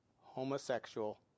homosexual